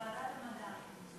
אז ועדת המדע.